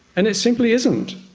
and it simply isn't.